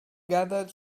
gathered